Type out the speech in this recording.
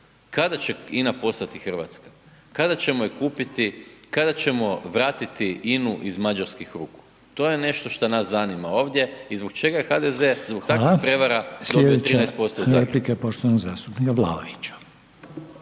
Kada će INA postati hrvatska? Kada ćemo je kupiti? Kada ćemo vratiti INA-u iz mađarskih ruku? To je nešto što nas zanima ovdje i zbog čega je HDZ, .../Upadica: Hvala./... zbog takvih prevara dobio 13%. **Reiner, Željko (HDZ)** Sljedeća replika poštovanog zastupnika Vlaovića.